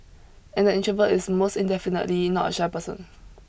and the introvert is most indefinitely not a shy person